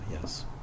yes